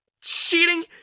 cheating